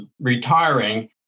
retiring